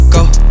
Go